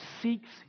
seeks